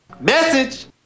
Message